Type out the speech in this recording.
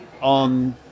on